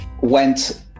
went